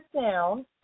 down